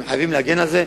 והן חייבות להגן מפני זה.